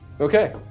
Okay